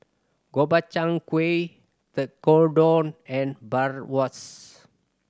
Gobchang Gui Tekkadon and Bratwurst